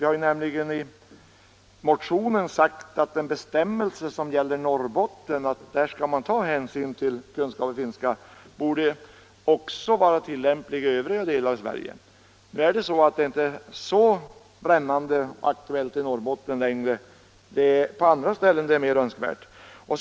Vi har nämligen i motionen sagt att den bestämmelse som gäller Norrbotten om att man skall ta hänsyn till kunskaper i finska också borde vara tillämplig i övriga delar av Sverige. Nu är frågan inte längre så brännande i Norrbotten, utan det är på andra ställen den är aktuell.